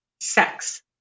sex